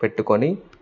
పెట్టుకొని